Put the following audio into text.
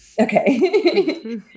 Okay